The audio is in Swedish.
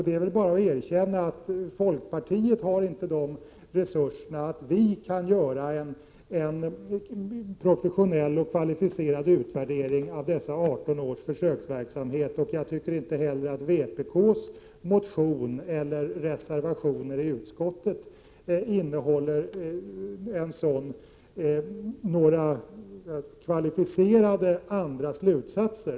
Det är väl bara att erkänna att vi i folkpartiet inte har de resurser som behövs för att göra en professionell och kvalificerad utvärdering av denna försöksverksamhet. Jag tycker att inte heller vpk:s motion eller reservationer till betänkandet innehåller några sådana kvalificerade slutsatser.